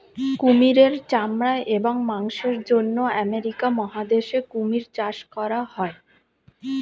কুমিরের চামড়া এবং মাংসের জন্য আমেরিকা মহাদেশে কুমির চাষ করা হয়